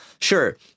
Sure